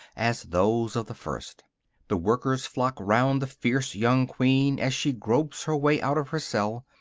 as those of the first the workers flock round the fierce young queen, as she gropes her way out of her cell,